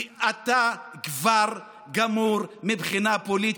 כי אתה כבר גמור מבחינה פוליטית.